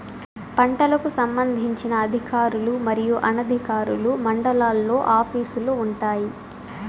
పంటలకు సంబంధించిన అధికారులు మరియు అనధికారులు మండలాల్లో ఆఫీస్ లు వుంటాయి?